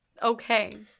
okay